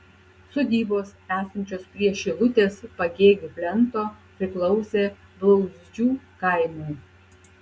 sodybos esančios prie šilutės pagėgių plento priklausė blauzdžių kaimui